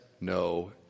no